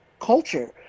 culture